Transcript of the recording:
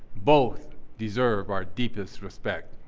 both deserve our deepest respect.